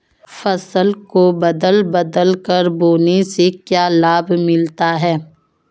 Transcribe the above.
फसल को बदल बदल कर बोने से क्या लाभ मिलता है?